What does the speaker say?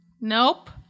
Nope